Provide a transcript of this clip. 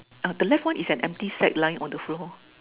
uh the left one is an empty sack lying on the floor